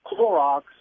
Clorox